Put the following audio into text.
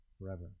Forever